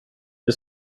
det